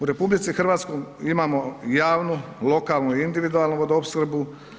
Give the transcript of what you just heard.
U RH imamo javnu, lokalnu i individualnu vodoopskrbu.